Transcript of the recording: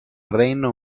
reino